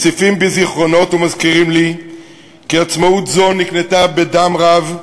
מציפים בי זיכרונות ומזכירים לי כי עצמאות זו נקנתה בדם רב,